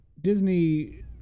Disney